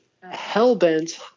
hell-bent